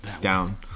Down